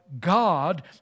God